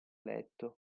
letto